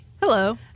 Hello